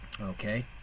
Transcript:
okay